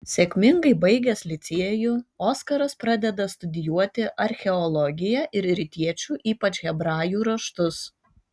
sėkmingai baigęs licėjų oskaras pradeda studijuoti archeologiją ir rytiečių ypač hebrajų raštus